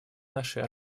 нашей